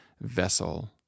vessel